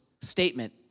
statement